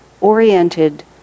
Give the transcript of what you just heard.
oriented